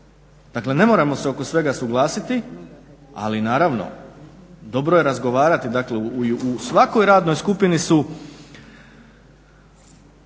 Dakle ne moramo se oko svega usuglasiti ali naravno dobro je razgovarati. U svakoj radnoj skupini su